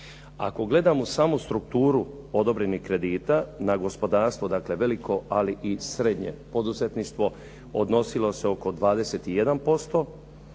Ako gledamo samu strukturu odobrenih kredita na gospodarstvo, dakle veliko, ali i srednje poduzetništvo odnosilo se oko 21%,